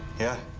yeah.